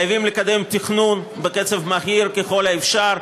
חייבים לקדם תכנון בקצב מהיר ככל האפשר,